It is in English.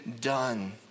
done